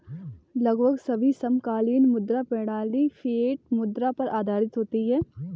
लगभग सभी समकालीन मुद्रा प्रणालियाँ फ़िएट मुद्रा पर आधारित होती हैं